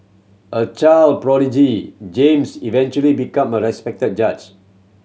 a child prodigy James eventually became a respected judge